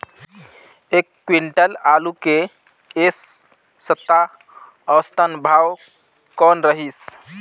एक क्विंटल आलू के ऐ सप्ता औसतन भाव कौन रहिस?